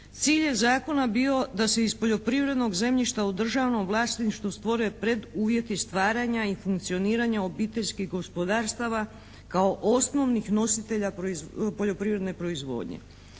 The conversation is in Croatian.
Cilj je zakona bio da se iz poljoprivrednog zemljišta u državnom vlasništvu stvore preduvjeti stvaranja i funkcioniranja obiteljskih gospodarstava kao osnovnih nositelja poljoprivredne proizvodnje.